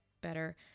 better